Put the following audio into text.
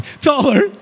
taller